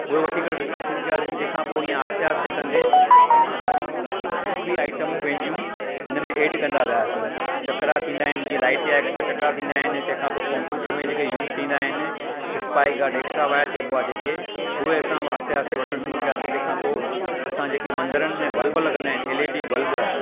उए वठी करे विकिरण शुरू कयासीं तंहिखां पोइ हीअ आहिस्ते आहिस्ते ई कंदे असां ॿियूं बि आइटमूं पहिंजियूं हिनमें ऐड कंदा वियासि चकरा थींदा आहिनि जीअं लाइट्स एकस्ट्रा चकरा थींदा आहिनि तंहिंखां पोइ कम्पयूटर में जेके यूज़ थींदा आहिनि एक्सपाइ घटि ऐकस्ट्रा वायर चएबो आहे जंहिंखे उहे असां आस्ते आस्ते वठण शुरू कयांसी तंहिंखां पोइ असां जेके मंदिरनि में बल्ब लॻंदा आहिनि एल ई डी बल्ब